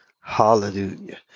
Hallelujah